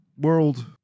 world